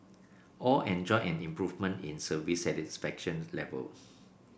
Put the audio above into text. all enjoyed an improvement in service satisfaction level